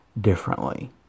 differently